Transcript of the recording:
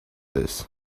this